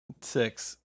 Six